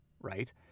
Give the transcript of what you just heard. right